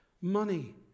money